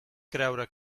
creure